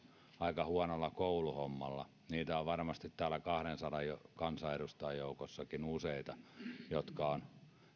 aika huonolla kouluhommalla päässeet elämässä pitkälle täällä kahdensadan kansanedustajan joukossakin on varmasti useita jotka ovat